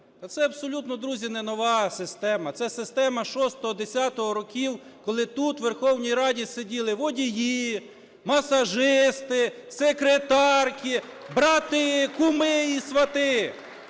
це абсолютно, друзі, не нова система. Це система 2006-2010 років, коли тут у Верховній Раді сиділи водії, масажисти, секретарки, брати, куми і свати.